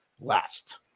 last